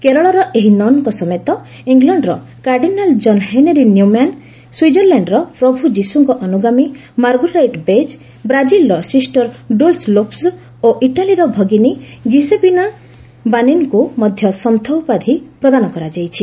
କେରଳର ଏହି ନନ୍ଙ୍କ ସମେତ ଇଂଲଶ୍ଡର କାର୍ଡ଼ିନାଲ୍ ଜନ୍ ହେନ୍ରୀ ନିୟୁମ୍ୟାନ୍ ସ୍ୱିକର୍ଲ୍ୟାଣ୍ଡର ପ୍ରଭୁ ଯିଶୁଙ୍କ ଅନୁଗାମୀ ନନ୍ ମାର୍ଗୁରାଇଟ୍ ବେଜ୍ ବ୍ରାଜିଲ୍ର ସିଷର୍ ଡୁଲ୍ସ୍ ଲୋପ୍ସ୍ ଓ ଇଟାଲୀର ଭଗିନୀ ଗିସେପିନା ବାନିନିଙ୍କୁ ମଧ୍ୟ ସନ୍ଥ ଉପାଧି ପ୍ରଦାନ କରାଯାଇଛି